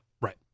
Right